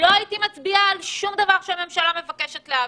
לא הייתי מצביעה על שום דבר שהממשלה רוצה להעביר.